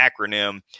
acronym